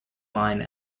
line